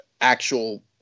actual